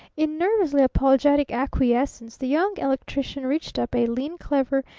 in nervously apologetic acquiescence the young electrician reached up a lean, clever,